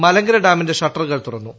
മലങ്കര ഡാമിന്റെ ഷട്ടറുകൾ തുറന്നു